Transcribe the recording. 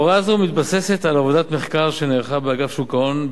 הוראה זו מתבססת על עבודת מחקר שנערכה באגף שוק ההון,